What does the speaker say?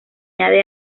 añade